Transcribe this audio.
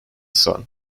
son